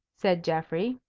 said geoffrey.